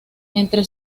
entre